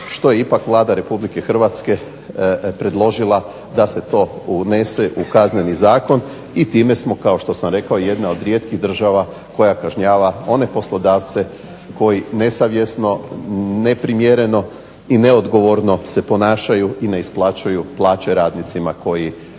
što je ipak Vlada RH predložila da se to unese u Kazneni zakon. I time smo kao što sam rekao jedna od rijetkih država koja kažnjava one poslodavce koji nesavjesno, neprimjereno i neodgovorno se ponašaju i ne isplaćuju plaće radnicima koji